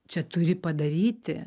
čia turi padaryti